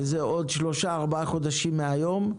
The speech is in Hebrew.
בעוד שלושה-ארבעה חודשים מהיום,